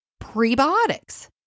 prebiotics